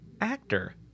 actor